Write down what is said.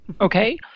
okay